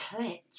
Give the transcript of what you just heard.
clit